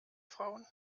frauen